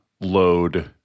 load